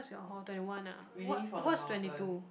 what's your hall twenty one ah what what's twenty two